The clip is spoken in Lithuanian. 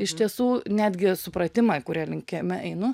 iš tiesų netgi supratimą kuria linkme einu